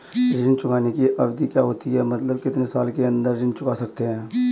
ऋण चुकाने की अवधि क्या होती है मतलब कितने साल के अंदर ऋण चुका सकते हैं?